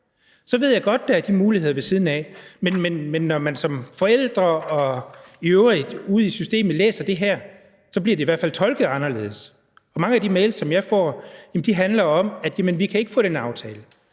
Så ved jeg godt, at der er de muligheder ved siden af, men når man som forældre og i øvrigt ude i systemet læser det her, bliver det i hvert fald tolket anderledes. Mange af de mails, som jeg får, handler om, at de ikke kan få den aftale.